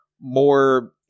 more